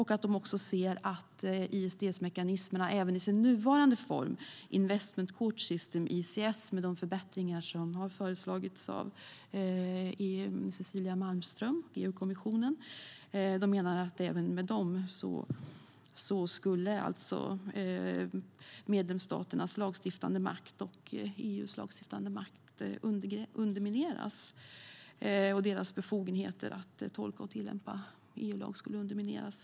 Man anser att ISDS-mekanismen även i sin nuvarande form, Investment Court System, ICS, med de förbättringar som har föreslagits av EU-kommissionär Cecilia Malmström, innebär att medlemsstaternas lagstiftande makt och EU:s lagstiftande makt undermineras och att deras befogenheter att tolka och tillämpa EU-lag undermineras.